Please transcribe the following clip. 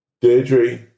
Deirdre